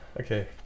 Okay